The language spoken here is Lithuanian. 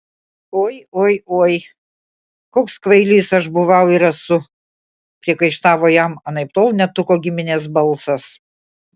oi oi oi koks kvailys aš buvau ir esu priekaištavo jam anaiptol ne tuko giminės balsas